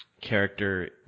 character